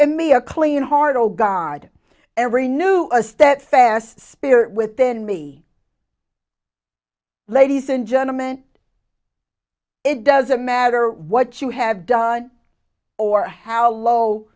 and me a clean heart oh god every new a steadfast spirit within me ladies and gentleman it doesn't matter what you have done or how low